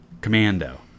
Commando